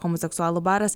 homoseksualų baras